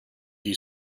you